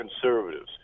conservatives